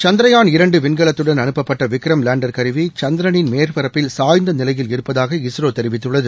சந்திரயான் இரண்டு விண்கலத்துடன் அனுப்பப்பட்ட விக்ரம் லேண்டர் கருவி சந்திரனின் மேற்பரப்பில் சாய்ந்த நிலையில் இருப்பதாக இஸ்ரோ தெரிவித்துள்ளது